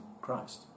Christ